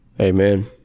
Amen